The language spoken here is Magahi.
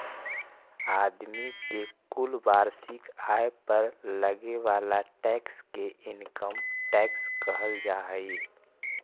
आदमी के कुल वार्षिक आय पर लगे वाला टैक्स के इनकम टैक्स कहल जा हई